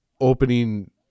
opening